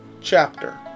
chapter